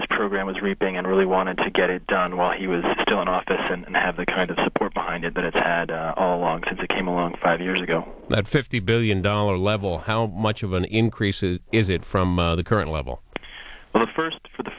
this program is reaping and really wanted to get it done while he was still in office and have the kind of support behind it that it's had all along since it came along five years ago that fifty billion dollars level how much of an increase is is it from the current level of a first for the